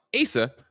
Asa